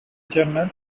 journal